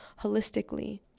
holistically